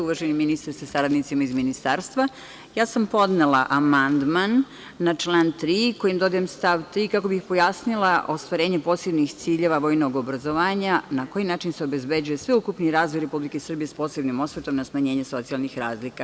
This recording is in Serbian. Uvaženi ministre sa saradnicima iz ministarstva, ja sam podnela amandman na član 3. kojim dodajem stav 3. kako bih pojasnila ostvarenje posebnih ciljeva vojnog obrazovanja, na koji način se obezbeđuje sveukupni razvoj Republike Srbije sa posebnim osvrtom na smanjenje socijalnih razlika.